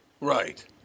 Right